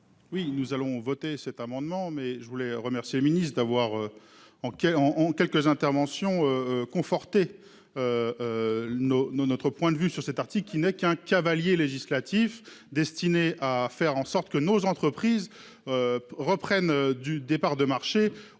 Oui nous allons voter cet amendement mais je voulais remercier ministre d'avoir en qui est en en quelques interventions. Conforter. Nos, nos, notre point de vue sur cet article qui n'est qu'un cavalier législatif destiné à faire en sorte que nos entreprises. Reprennent du départ de marché